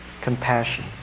Compassion